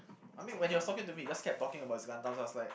I mean when he was talking to me he just kept talking about his Gundams I was like